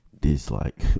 dislike